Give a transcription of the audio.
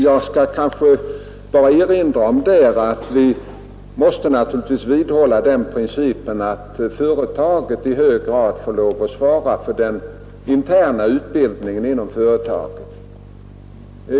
Jag vill erinra om att vi naturligtvis måste vidhålla uppfattningen att företagen själva i hög grad får svara för den interna utbildningen inom företagen.